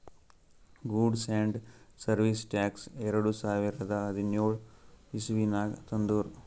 goods and service tax ಎರಡು ಸಾವಿರದ ಹದಿನ್ಯೋಳ್ ಇಸವಿನಾಗ್ ತಂದುರ್